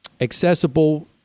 accessible